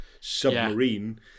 submarine